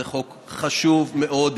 זה חוק חשוב מאוד.